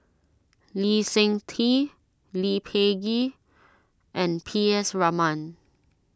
Lee Seng Tee Lee Peh Gee and P S Raman